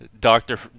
Doctor